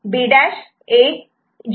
G1'